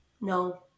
No